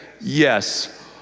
yes